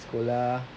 sekolah